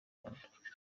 rwanda